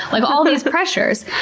like all these pressures.